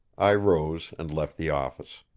i rose and left the office.